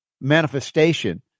manifestation